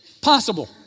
possible